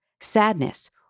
sadness